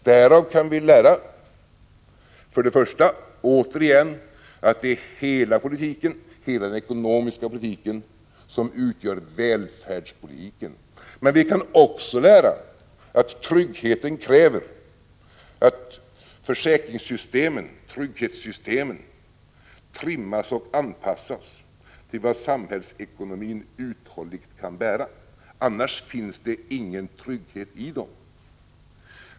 Därav kan vi ära först och främst och återigen att det är hela den ekonomiska politiken m utgör välfärdspolitiken. Men vi kan också lära att tryggheten kräver att försäkringssystemen, trygghetssystemen, trimmas och anpassas till vad amhällsekonomin uthålligt kan bära. Annars finns det ingen trygghet i dem.